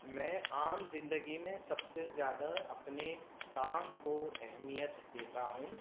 میں عام زندگی میں سب سے زیادہ اپنے کام کو اہمیت دیتا ہوں